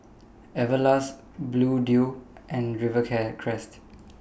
Everlast Bluedio and River Care Crest